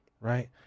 right